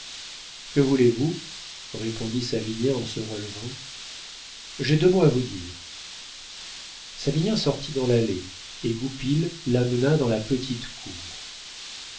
que voulez-vous répondit savinien en se relevant j'ai deux mots à vous dire savinien sortit dans l'allée et goupil l'amena dans la petite cour